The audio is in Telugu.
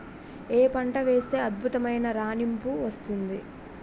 ఏ పంట వేస్తే అద్భుతమైన రాణింపు వస్తుంది?